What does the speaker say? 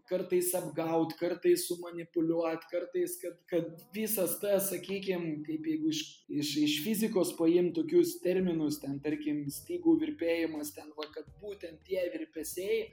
kartais apgaut kartais sumanipuliuot kartais kad kad visas tas sakykim kaip jeigu iš iš iš fizikos paimt tokius terminus ten tarkim stygų virpėjimas ten va būtent tie virpesiai